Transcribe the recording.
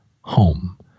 home